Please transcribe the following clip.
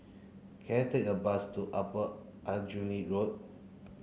can I take a bus to Upper Aljunied Road